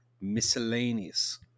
miscellaneous